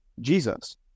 Jesus